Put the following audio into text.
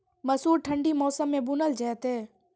मसूर ठंडी मौसम मे बूनल जेतै?